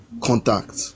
contact